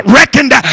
reckoned